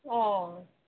ꯑꯣ